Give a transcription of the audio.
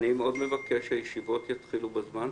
אני מבקש מאוד שהישיבות יתחילו בזמן.